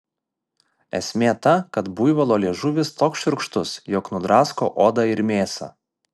esmė ta kad buivolo liežuvis toks šiurkštus jog nudrasko odą ir mėsą